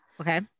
Okay